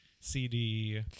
CD